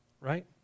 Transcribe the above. right